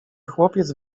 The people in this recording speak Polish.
chłopiec